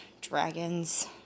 Dragons